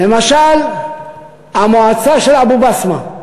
למשל המועצה של אבו-בסמה.